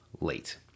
late